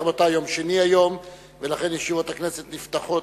רבותי, היום יום שני, ולכן ישיבות הכנסת נפתחות,